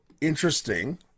interesting